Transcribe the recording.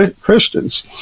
Christians